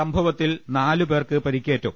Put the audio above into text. സംഭവത്തിൽ നാലുപേർക്ക് പരിക്കേറ്റു